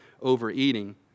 overeating